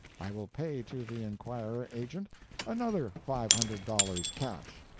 i will pay to the enquirer agent another five hundred dollars cash.